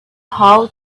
how